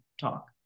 talk